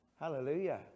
Hallelujah